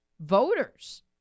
voters